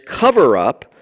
cover-up